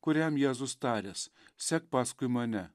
kuriam jėzus taręs sek paskui mane